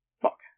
fuck